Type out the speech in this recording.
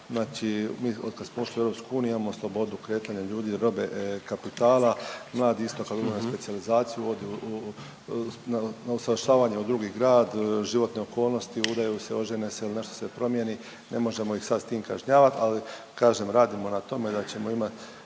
Znači mi od kad smo ušli u EU imamo slobodu kretanja ljudi i robe, kapitala, mladi isto kad odu na specijalizaciju odu na usavršavanje u drugi grad, životne okolnosti udaju se, ožene se il nešto se promijeni ne možemo ih sad s tim kažnjavat, ali kažem radimo na tome da ćemo imat